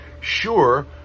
sure